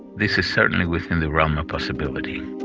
this is certainly within the realm of possibility.